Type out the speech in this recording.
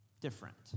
different